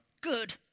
Good